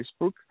Facebook